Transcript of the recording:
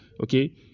okay